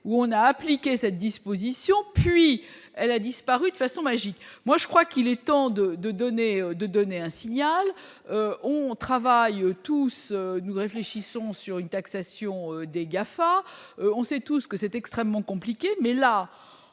où on a appliqué cette disposition, puis elle a disparu de façon magique, moi je crois qu'il est temps de de donner, de donner un signal, on travaille tout ce nouveau réfléchissons sur une taxation des GAFA on sait tous que c'est extrêmement compliqué, mais là,